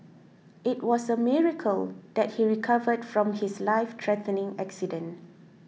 it was a miracle that he recovered from his lifethreatening accident